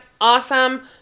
awesome